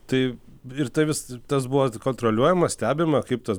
tai ir tą vis tas buvo kontroliuojama stebima kaip tas